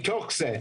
מתוך זה,